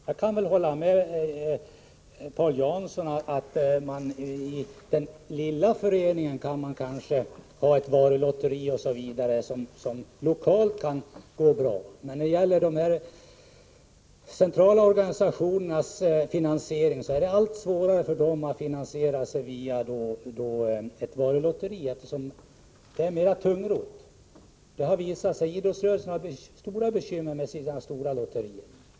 Jag kan hålla med Paul Jansson om att en liten förening kan ha ett varulotteri som lokalt går bra. Men de centrala organisationerna får det allt svårare att finansiera sin verksamhet via varulotterier. Det är tungrott. Idrottsrörelsen har t.ex. stora bekymmer med sina centrala lotterier.